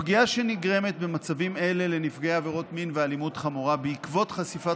הפגיעה שנגרמת במצבים אלה לנפגעי עבירות מין ואלימות חמורה בעקבות חשיפת